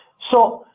so